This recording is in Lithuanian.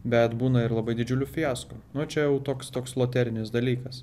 bet būna ir labai didžiulių fiasko nu čia jau toks toks loterinis dalykas